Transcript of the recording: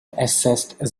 assessed